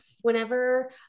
whenever